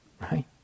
right